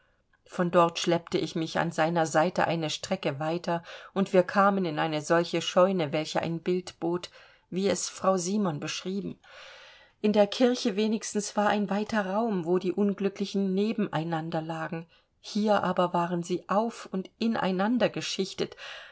von dort schleppte ich mich an seiner seite eine strecke weiter und wir kamen in eine solche scheune welche ein bild bot wie es frau simon beschrieben in der kirche wenigstens war ein weiter raum wo die unglücklichen neben einander lagen hier aber waren sie auf und ineinander geschichtet